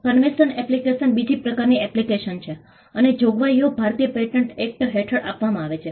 convention application બીજી પ્રકારની application છે અને જોગવાઈઓ ભારતીય પેટન્ટ એક્ટ હેઠળ આપવામાં આવે છે